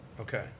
okay